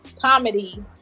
comedy